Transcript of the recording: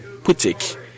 Putik